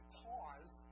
pause